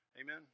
Amen